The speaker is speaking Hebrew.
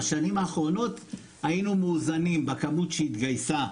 בשנים האחרונות היינו מאוזנים בכמות שהתגייסה.